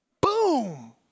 Boom